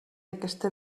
aquesta